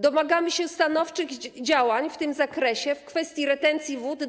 Domagamy się stanowczych działań w tym zakresie, w kwestii retencji wód